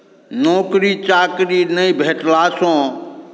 नौकरी चाकरी नहि भेटलासँ